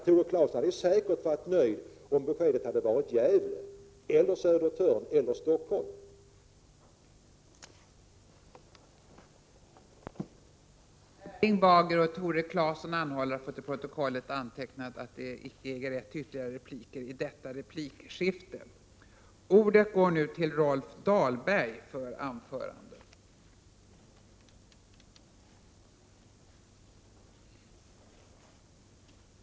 Tore Claeson hade säkerligen varit nöjd om beskedet hade varit att Gävle, Södertörn eller Stockholm skulle komma i fråga.